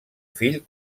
fill